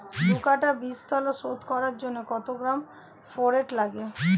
দু কাটা বীজতলা শোধন করার জন্য কত গ্রাম ফোরেট লাগে?